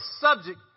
subject